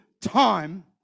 time